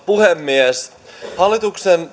puhemies hallituksen